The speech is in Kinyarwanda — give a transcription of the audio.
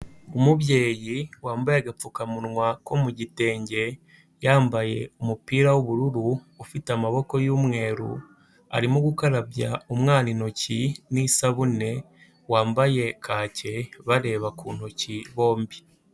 Umubyeyi wambaye agapfukamunwa ko mu gitenge, yambaye umupira w'ubururu ufite amaboko y'umweru arimo gukarabya umwana intoki n'isabune wambaye kake bareba ku ntoki bombi.